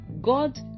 god